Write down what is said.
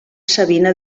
sabina